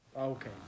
Okay